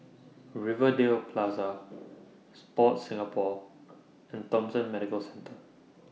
Rivervale Plaza Sport Singapore and Thomson Medical Centre